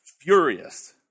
furious